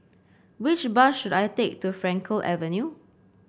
which bus should I take to Frankel Avenue